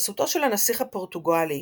בחסותו של הנסיך הפורטוגלי,